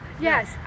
Yes